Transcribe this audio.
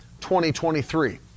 2023